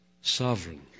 sovereign